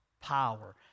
power